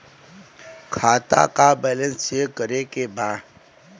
खाता का balance check करे के बा?